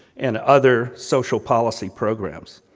and other social policy programs.